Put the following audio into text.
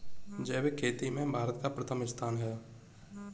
जैविक खेती में भारत का प्रथम स्थान है